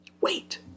Wait